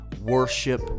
worship